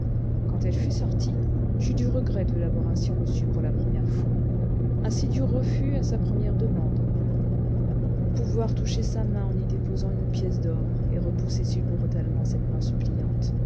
quand elle fut sortie j'eus du regret de l'avoir ainsi reçue pour la première fois un si dur refus à sa première demande pouvoir toucher sa main en y déposant une pièce d'or et repousser si brutalement cette main suppliante